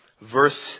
Verse